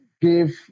give